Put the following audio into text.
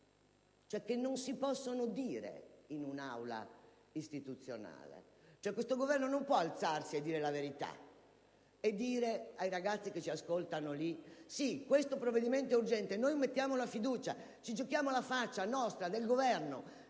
pubblico, non si possono dire in un'Aula istituzionale. Questo Governo non può alzarsi e dire la verità, dire ai ragazzi che ci ascoltano: «Sì, questo provvedimento è urgente e noi poniamo la questione di fiducia; ci giochiamo la faccia, la nostra, del Governo,